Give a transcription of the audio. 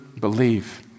believe